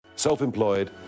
Self-employed